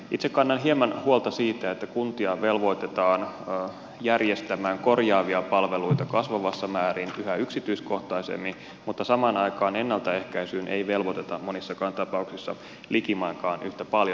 itse kannan hieman huolta siitä että kuntia velvoitetaan järjestämään korjaavia palveluita kasvavassa määrin yhä yksityiskohtaisemmin mutta samaan aikaan ennaltaehkäisyyn ei velvoiteta monissakaan tapauksissa likimainkaan yhtä paljon